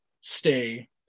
stay